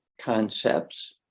concepts